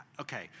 okay